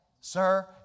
Sir